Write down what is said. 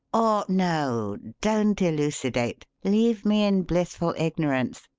or, no! don't elucidate. leave me in blissful ignorance.